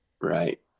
Right